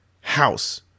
house